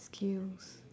skills